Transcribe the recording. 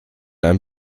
ein